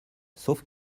sauf